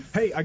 Hey